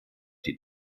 die